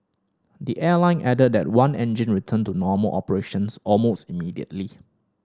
the airline added that one engine returned to normal operations almost immediately